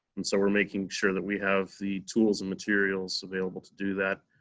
and so we're making sure that we have the tools and materials available to do that,